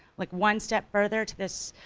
like one step further to this,